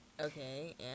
Okay